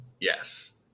Yes